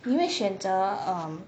你会选择 um